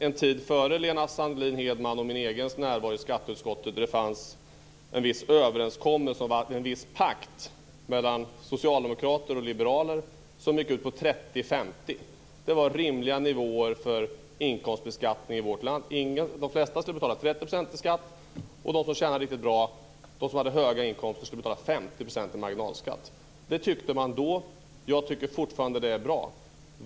En tid före Lena Sandlin-Hedmans och min närvaro i skatteutskottet fanns det en viss överenskommelse, en pakt, mellan socialdemokrater och liberaler som gick ut på 30-50. Det var rimliga nivåer för inkomstbeskattning i vårt land. De flesta skulle betala 30 % i skatt, och de som hade höga inkomster skulle betala 50 % i marginalskatt. Det tyckte man då var, och jag tycker fortfarande är, bra.